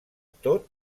tot